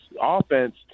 offense